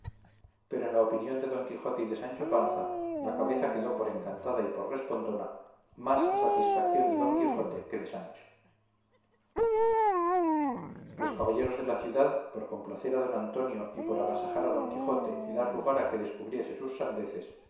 pero en la opinión de don quijote y de sancho panza la cabeza quedó por encantada y por respondona más a satisfación de don quijote que de sancho los caballeros de la ciudad por complacer a don antonio y por agasajar a don quijote y dar lugar a que descubriese sus sandeces